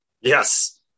Yes